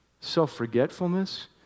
self-forgetfulness